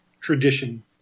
tradition